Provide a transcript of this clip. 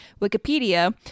Wikipedia